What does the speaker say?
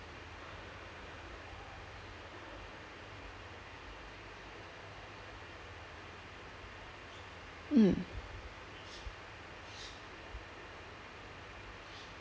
mm